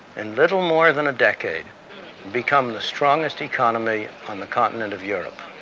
in little more than a decade become the strongest economy on the continent of europe.